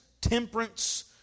temperance